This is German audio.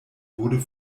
wurden